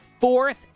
fourth